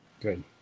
Good